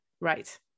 Right